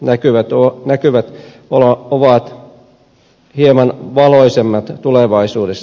näkymät ovat hieman valoisammat tulevaisuudessa